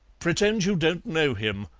pretend you don't know him,